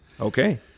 Okay